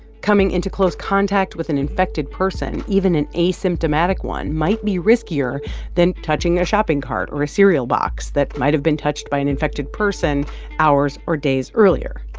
coming into close contact with an infected person, even an asymptomatic, one might be riskier than touching a shopping cart or a cereal box that might've been touched by an infected person hours or days earlier.